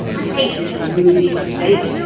i hate this moody state.